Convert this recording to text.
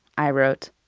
i wrote.